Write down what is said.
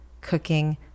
cooking